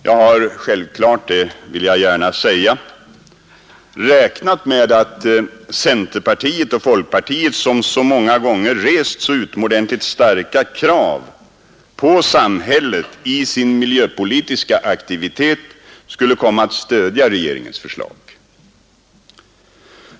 Jag har självfallet — det vill jag gärna säga — räknat med att centerpartiet och folkpartiet, som så många gånger rest så utomordentligt starka krav på samhället i sin miljöpolitiska aktivitet, skulle komma att stödja regeringens förslag.